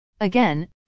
Again